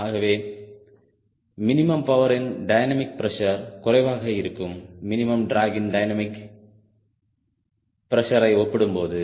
ஆகவே மினிமம் பவரின் dynamic pressure குறைவாக இருக்கும் மினிமம் டிராகின் டைனமிக் பிரஷரை ஒப்பிடும்போது